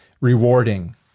rewarding